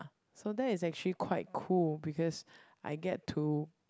so that is actually quite cool because I get to